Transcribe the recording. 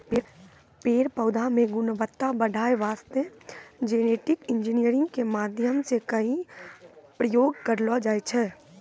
पेड़ पौधा मॅ गुणवत्ता बढ़ाय वास्तॅ जेनेटिक इंजीनियरिंग के माध्यम सॅ कई प्रयोग करलो जाय छै